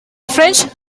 french